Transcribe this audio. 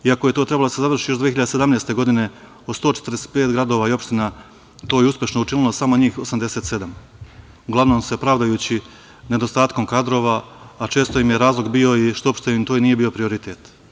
Iako je to trebalo da se završi još 2017. godine, od 145 gradova i opština, to je uspešno učinilo samo njih 87, uglavnom se pravdajući nedostatkom kadrova, a često im je razlog bio i što uopšte to nije bio prioritet.